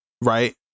Right